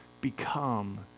become